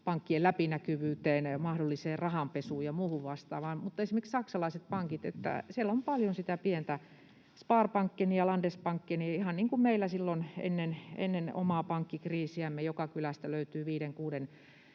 pankkien läpinäkyvyyteen, mahdolliseen rahanpesuun ja muuhun vastaavaan... Mutta esimerkiksi saksalaisissa pankeissa on paljon sitä pientä sparbankenia ja landesbankenia ihan niin kuin meillä silloin ennen omaa pankkikriisiämme: joka kylästä löytyy viiden kuuden